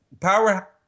power